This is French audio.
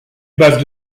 bases